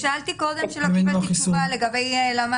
ושאלתי קודם ולא קיבלתי תשובה לגבי למה